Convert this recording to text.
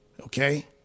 Okay